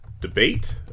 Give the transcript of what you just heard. debate